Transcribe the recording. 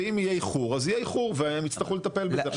ואם יהיה איחור אז יהיה איחור ויצטרכו לטפל בזה.